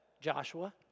Joshua